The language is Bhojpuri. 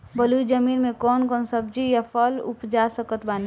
बलुई जमीन मे कौन कौन सब्जी या फल उपजा सकत बानी?